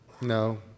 No